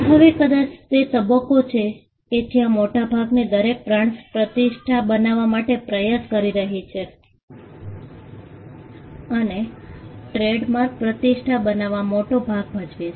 હવે કદાચ આ તે તબક્કો છે કે જ્યાં મોટાભાગની દરેક બ્રાન્ડ્સ પ્રતિષ્ઠા બનાવવા માટે પ્રયાસ કરી રહી છે અને ટ્રેડમાર્ક પ્રતિષ્ઠા બનાવવામાં મોટો ભાગ ભજવે છે